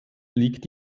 liegt